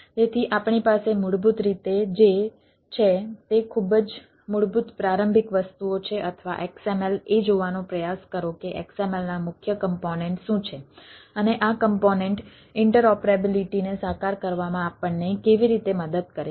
તેથી આપણી પાસે મૂળભૂત રીતે જે છે તે ખૂબ જ મૂળભૂત પ્રારંભિક વસ્તુઓ છે અથવા XML એ જોવાનો પ્રયાસ કરો કે XML ના મુખ્ય કમ્પોનેન્ટ શું છે અને આ કમ્પોનેન્ટ ઇન્ટરઓપરેબિલિટી ને સાકાર કરવામાં આપણને કેવી રીતે મદદ કરે છે